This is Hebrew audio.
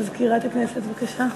מזכירת הכנסת, בבקשה,